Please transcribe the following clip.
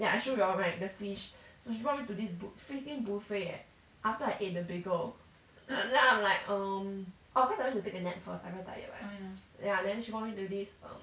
ya I show you all right the fish so she brought me to this bu~ freaking buffet eh after I ate the bagel then I'm like um orh cause I went to take a nap first I very tired right then ya then she brought me to this um